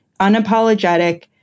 unapologetic